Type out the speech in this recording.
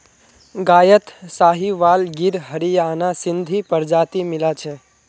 गायत साहीवाल गिर हरियाणा सिंधी प्रजाति मिला छ